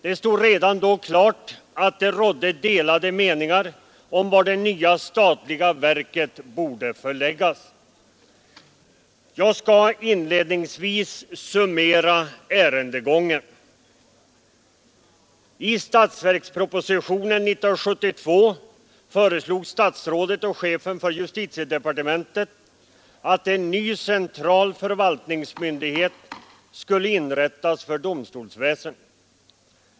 Det stod redan då klart att det rådde delade meningar om var det nya statliga verket borde förläggas. Jag skall inledningsvis summera ärendegången. I statsverkspropositionen 1972 föreslog statsrådet och chefen för justitiedepartementet att en ny central förvaltningsmyndighet skulle inrättas för domstolsväsendet.